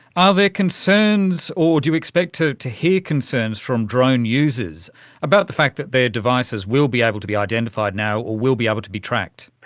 are there concerns or do you expect to to hear concerns from drone users about the fact that their devices will be able to be identified now or will be able to be tracked?